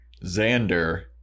Xander